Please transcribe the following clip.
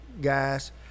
guys